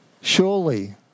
Surely